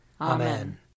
Amen